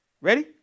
Ready